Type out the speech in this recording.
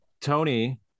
tony